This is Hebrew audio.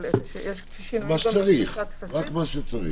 אבל איפה שיש שינויים --- רק מה שצריך.